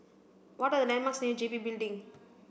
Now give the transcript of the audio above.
what are the landmarks near G B Building